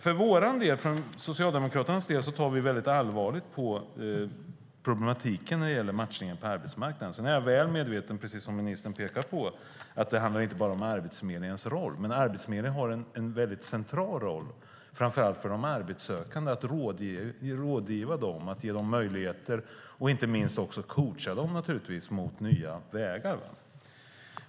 För Socialdemokraternas del tar vi allvarligt på problematiken när det gäller matchningen på arbetsmarknaden. Men precis som ministern pekar på är jag väl medveten om att det inte bara handlar om Arbetsförmedlingens roll. Arbetsförmedlingen har dock en central roll, framför allt för de arbetssökande, när det gäller att ge dem råd och möjligheter och inte minst att coacha dem mot nya vägar.